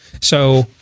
So-